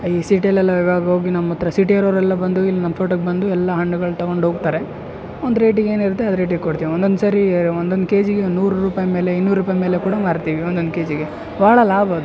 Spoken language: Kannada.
ಈ ಸೀಟೆಲ್ ಎಲ್ಲ ಇವಾಗ ಹೋಗಿ ನಮ್ಮ ಹತ್ರ ಸಿಟಿ ಅವ್ರು ಅವರೆಲ್ಲ ಬಂದು ಇಲ್ಲಿ ನಮ್ಮ ತೋಟಕ್ಕೆ ಬಂದು ಎಲ್ಲ ಹಣ್ಣುಗಳನ್ನ ತಕೊಂಡ್ಹೊಗ್ತಾರೆ ಒಂದು ರೇಟಿಗೆ ಏನಿರತ್ತೆ ಅದು ರೇಟಿಗೆ ಕೊಡ್ತೀವಿ ಒಂದೊಂದು ಸರಿ ಒಂದೊಂದು ಕೆಜಿಗೆ ನೂರು ರೂಪಾಯಿ ಮೇಲೆ ಇನ್ನೂರು ರೂಪಾಯಿ ಮೇಲೆ ಕೂಡ ಮಾರ್ತಿವಿ ಒಂದೊಂದು ಕೆಜಿಗೆ ಬಹಳ ಲಾಭ ಅದು